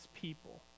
people